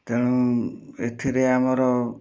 ତେଣୁ ଏଥିରେ ଆମର